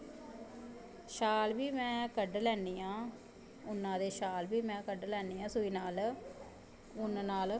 शाल बी में कड्ढी लैन्नी आं उन्नां दे शाल बी में कड्ढी लैन्नी आं सूई नाल उन्न नाल